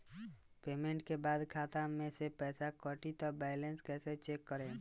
Payment के बाद खाता मे से पैसा कटी त बैलेंस कैसे चेक करेम?